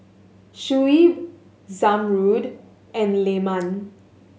Shuib Zamrud and Leman